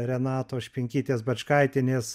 renatos špinkytės bačkaitienės